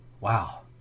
Wow